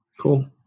Cool